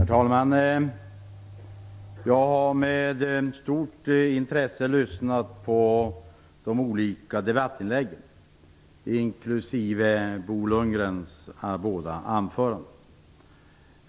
Herr talman! Jag har med stort intresse lyssnat på de olika debattinläggen, inklusive Bo Lundgrens båda anföranden.